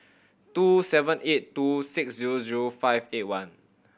two seven eight two six zero zero five eight one